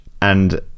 And-